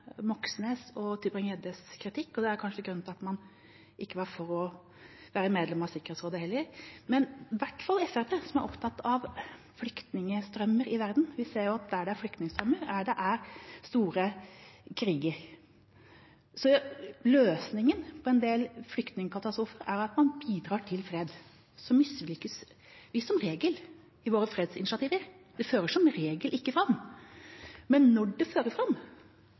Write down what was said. Moxnes og Tybring-Gjeddes kritikk, og det er kanskje grunnen til at man ikke var for å være medlem av Sikkerhetsrådet heller. Men i hvert fall Fremskrittspartiet, som er opptatt av flyktningstrømmer i verden – vi ser jo at der det er flyktningstrømmer, er der det er store kriger, så løsningen på en del flyktningkatastrofer er at man bidrar til fred. Så mislykkes vi som regel i våre fredsinitiativer, det fører som regel ikke fram, men når det fører fram,